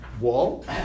wall